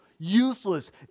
useless